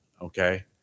okay